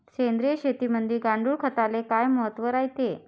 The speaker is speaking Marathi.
सेंद्रिय शेतीमंदी गांडूळखताले काय महत्त्व रायते?